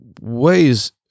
ways